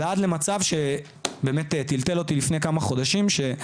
ועד למצב שבאמת טלטל אותי לפני כמה חודשים,